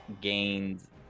gains